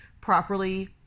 properly